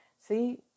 See